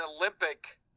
Olympic